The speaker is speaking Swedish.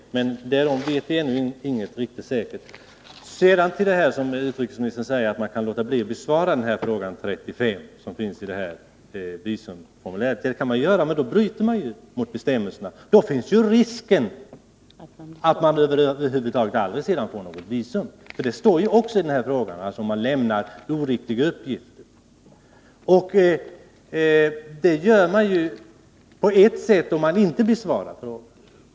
Men vi vet ännu inte säkert hur det kommer att gå. Sedan till detta som utrikesministern säger om att man kan låta bli att besvara fråga 35 i visumformuläret. Det kan man göra, men då bryter man mot bestämmelserna. Då finns ju risken att man sedan aldrig får något visum. Det står nämligen också att detta kan bli fallet, om man lämnar oriktiga uppgifter. Det gör man på sätt och vis om man inte besvarar frågan.